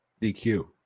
DQ